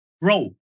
Bro